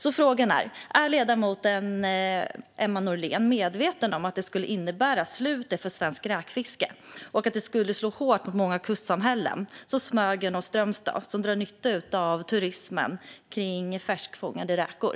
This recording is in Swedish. Min fråga är om ledamoten Emma Nohrén är medveten om att detta skulle innebära slutet för svenskt räkfiske och att det skulle slå hårt mot många kustsamhällen som Smögen och Strömstad som drar nytta av turismen kring färskfångade räkor.